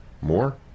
More